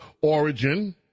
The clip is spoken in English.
origin